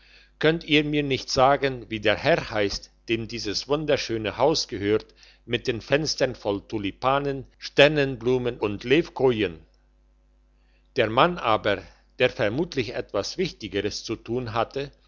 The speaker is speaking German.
könnt ihr mir nicht sagen wie der herr heisst dem dieses wunderschöne haus gehört mit den fenstern voll tulipanen sternenblumen und levkojen der mann aber der vermutlich etwas wichtigeres zu tun hatte